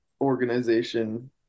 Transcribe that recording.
organization